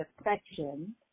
affection